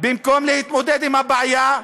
במקום להתמודד עם הבעיה,